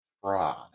fraud